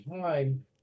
time